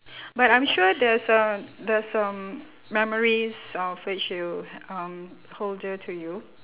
but I'm sure there's uh there's um memories of which you um hold dear to you